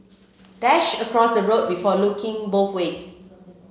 dash across the road before looking both ways